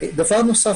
בנוסף,